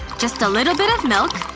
just a little bit of milk.